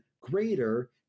greater